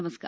नमस्कार